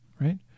right